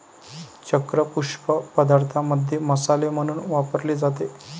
चक्र पुष्प पदार्थांमध्ये मसाले म्हणून वापरले जाते